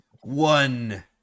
one